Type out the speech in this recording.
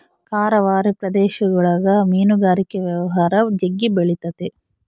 ಕರಾವಳಿ ಪ್ರದೇಶಗುಳಗ ಮೀನುಗಾರಿಕೆ ವ್ಯವಹಾರ ಜಗ್ಗಿ ಬೆಳಿತತೆ